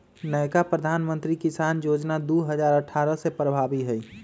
नयका प्रधानमंत्री किसान जोजना दू हजार अट्ठारह से प्रभाबी हइ